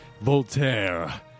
Voltaire